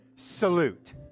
salute